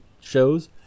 shows